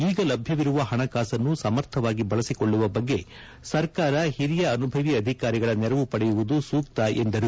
ಈಗ ಲಭ್ಯವಿರುವ ಹಣಕಾಸನ್ನು ಸಮರ್ಥವಾಗಿ ಬಳಸಿಕೊಳ್ಳುವ ಬಗ್ಗೆ ಸರ್ಕಾರ ಹಿರಿಯ ಅನುಭವಿ ಅಧಿಕಾರಿಗಳ ನೆರವು ಪಡೆಯುವುದು ಸೂಕ್ತ ಎಂದರು